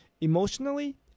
emotionally